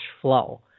flow